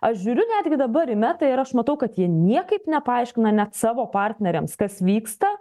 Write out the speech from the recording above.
aš žiūriu netgi dabar į metą ir aš matau kad jie niekaip nepaaiškina net savo partneriams kas vyksta